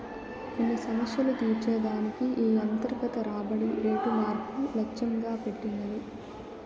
కొన్ని సమస్యలు తీర్చే దానికి ఈ అంతర్గత రాబడి రేటు మార్పు లచ్చెంగా పెట్టినది